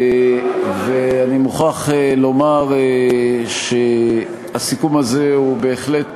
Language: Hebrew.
ואני מוכרח לומר שבסיכום הזה יש בהחלט